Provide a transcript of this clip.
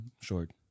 short